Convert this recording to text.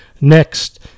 next